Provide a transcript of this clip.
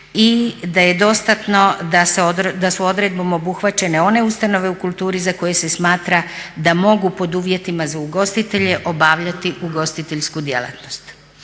i da je dostatno da su odredbom obuhvaćene one ustanove u kulturi za koje se smatra da mogu pod uvjetima za ugostitelje obavljati ugostiteljsku djelatnost.